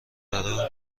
برا